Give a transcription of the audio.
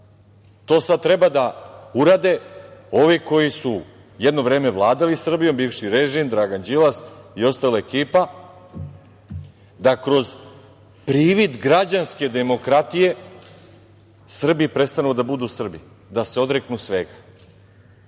to sada treba da urade ovi koji su jedno vreme vladali Srbijom, bivši režim Dragan Đilas i ostala ekipa, da kroz privid građanske demokratije Srbi prestanu da budu Srbi, da se odreknu svega. Mi